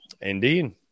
Indeed